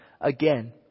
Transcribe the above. again